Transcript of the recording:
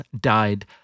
died